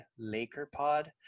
LakerPod